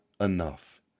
enough